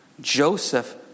Joseph